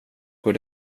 går